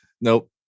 Nope